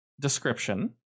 description